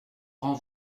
grand